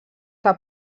que